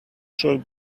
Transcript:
should